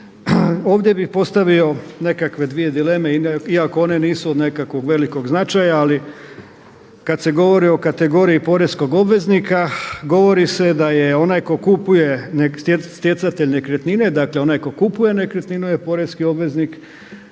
Ovdje bi postavio nekakve dvije dileme iako one nisu od nekog velikog značaja ali kad se govori o kategoriji poreznog obveznika govorio se da je onaj ko kupuje stjecatelj nekretnine, dakle onaj tko kupuje nekretninu je porezni obveznik.